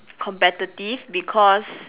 competitive because